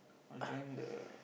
I'll join the